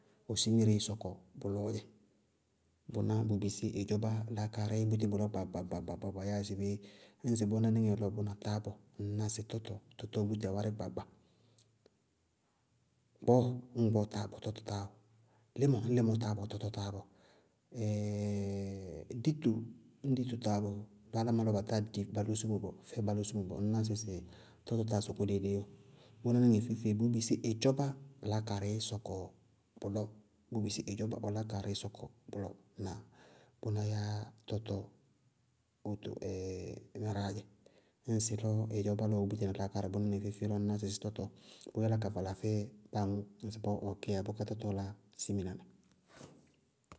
Ɔ simireé sɔkɔ bʋlɔɔ dzɛ. Bʋná bʋʋ bisí ɩdzɔbá laákaarɩí búti bʋlɔ gbaagba gbaagba yáa sɩbé? Ñŋsɩ bʋná níŋɛ táá bɔɔ, ŋñná sɩ tɔtɔ, tɔtɔ bʋʋ búti awárí gbaagba. Gbɔɔ ñŋ gbɔɔ táábɔɔ tɔtɔ táábɔɔ. Límɔ ñŋ límɔ táábɔɔ tɔtɔ táábɔɔ. dito ñŋ dito táábɔɔ lɔ álámɩná batáa di dito fɛ ba losumó bɔɔ ŋñná sɩsɩ tɔtɔ táa sɔkɔ déidéi ɔɔ. Bʋnáníŋɛ feé bʋʋ bisí ɩdzɔbá laákaarɩí sɔkɔ bʋlɔ. Ŋnáa? Bʋná yáa tɔtɔ ɛɛɩ wóto ŋáráaá dzɛ ñŋsɩ ɩdzɔbá lɔ ɔ búti na laákaarɩ bʋnáníŋɛ feé-feé lɔ, ŋñná sɩsɩ bʋʋ yála ka vala fɛ báa aŋʋ ŋsɩbɔɔ ɔɔ gɛyá bʋká tɔtɔ la siminamɛ.